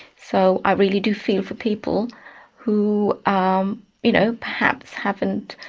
so i really do feel for people who, um you know, perhaps haven't